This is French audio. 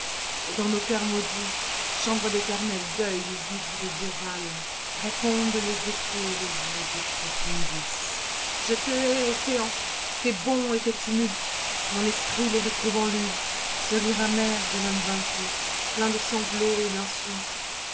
et dans nos cœurs maudits chambres d'éternel deuil où vibrent de vieux râles répondent les échos de vos de profundis je te hais océan i tes bonds et tes tumultes mon esprit les retrouve en lui ce rire amerde l'homme vaincu plein de sanglots et d'insultes